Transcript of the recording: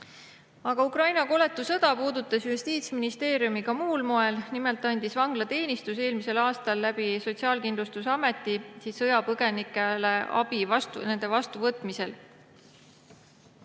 Aga Ukraina koletu sõda on puudutanud Justiitsministeeriumi ka muul moel. Nimelt andis vanglateenistus eelmisel aastal Sotsiaalkindlustusameti kaudu sõjapõgenikele abi nende vastuvõtmisel.